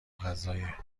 غذای